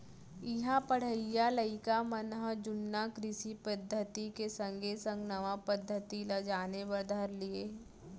इहां पढ़इया लइका मन ह जुन्ना कृषि पद्धति के संगे संग नवा पद्धति ल जाने बर धर लिये हें